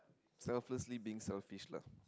selflessly being selfish lah